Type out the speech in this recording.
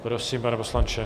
Prosím, pane poslanče.